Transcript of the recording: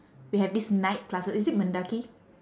we have this night classes is it mendaki